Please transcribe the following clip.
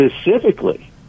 specifically